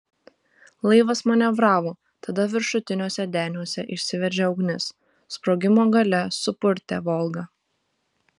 laivas manevravo tada viršutiniuose deniuose išsiveržė ugnis sprogimo galia supurtė volgą